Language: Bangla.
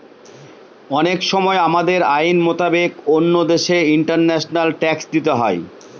অনেক সময় আমাদের আইন মোতাবেক অন্য দেশে ইন্টারন্যাশনাল ট্যাক্স দিতে হয়